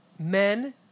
Men